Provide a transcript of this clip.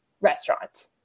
restaurant